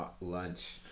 lunch